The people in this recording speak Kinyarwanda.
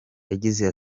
yagize